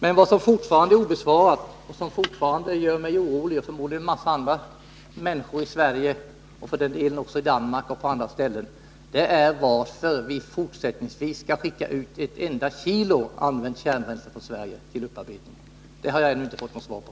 Den fråga som fortfarande är obesvarad och som oroar mig och förmodligen många människor i Sverige, Danmark och för den delen andra länder är: Varför skall vi från Sverige fortsättningsvis skicka ut ett enda kilo använt kärnbränsle till upparbetning? Den frågan har jag ännu inte fått något svar på.